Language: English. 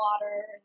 water